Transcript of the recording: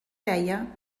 deia